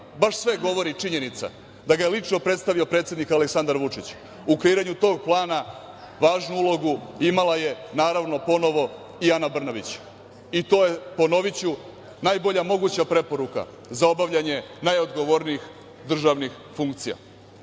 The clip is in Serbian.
baš sve govori činjenica da ga je lično predstavio predsednik Aleksandar Vučić. U kreiranju tog plana važnu ulogu imala je naravno, ponovo i Ana Brnabić.I to je, ponoviću, najbolja moguća preporuka za obavljanje najodgovornijih državnih funkcija.